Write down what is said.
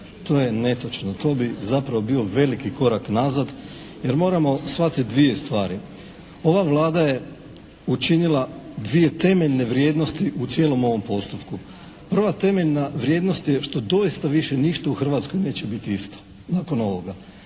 To je netočno. To bi zapravo bio veliki korak nazad jer moramo shvatiti dvije stvari. Ova Vlada je učinila dvije temeljne vrijednosti u cijelom ovom postupku. Prva temeljna vrijednost je što doista više niša u Hrvatskoj neće biti isto nakon ovoga.